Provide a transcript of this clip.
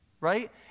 Right